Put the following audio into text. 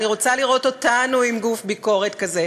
אני רוצה לראות אותנו עם גוף ביקורת כזה,